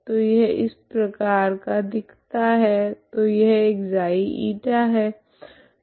तो यह इस प्रकार का दिखता है तो यह ξ η है